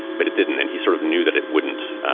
it it didn't. and he sort of knew that it wouldn't.